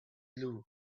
blue